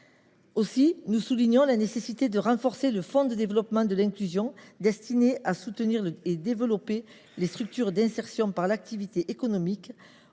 Aussi, nous soulignons la nécessité de renforcer le fonds de développement de l’inclusion (FDI), destiné à soutenir et développer les structures de l’insertion par l’activité économique